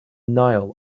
nile